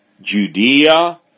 Judea